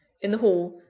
in the hall,